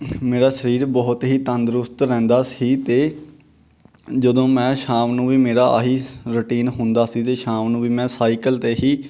ਮੇਰਾ ਸਰੀਰ ਬਹੁਤ ਹੀ ਤੰਦਰੁਸਤ ਰਹਿੰਦਾ ਸੀ ਅਤੇ ਜਦੋਂ ਮੈਂ ਸ਼ਾਮ ਨੂੰ ਵੀ ਮੇਰਾ ਆਹੀ ਰੂਟੀਨ ਹੁੰਦਾ ਸੀ ਅਤੇ ਸ਼ਾਮ ਨੂੰ ਵੀ ਮੈਂ ਸਾਈਕਲ 'ਤੇ ਹੀ